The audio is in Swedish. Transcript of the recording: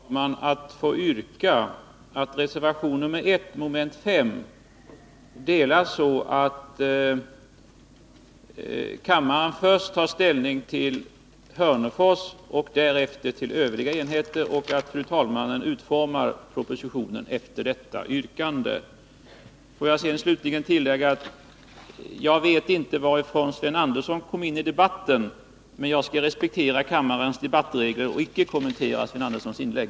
Fru talman! Efter denna bekräftelse från Rune Ångström ber jag att få yrka att reservation 1, mom. 5 delas, så att kammaren först tar ställning till enheten i Hörnefors och därefter de övriga enheterna, och att fru talmannen utformar voteringspropositionen i enlighet med detta yrkande. Låt mig sedan slutligen säga att jag inte vet hur Sven Andersson kom in i debatten, men jag skall respektera kammarens debattregler och icke kommentera Sven Anderssons inlägg.